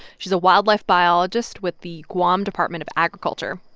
she's a wildlife biologist with the guam department of agriculture.